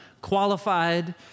qualified